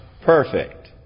perfect